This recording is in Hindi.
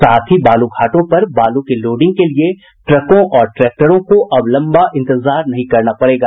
साथ ही बालू घाटों पर बालू के लोडिंग के लिए ट्रकों और ट्रैक्टरों को अब लम्बा इंतजार नहीं करना होगा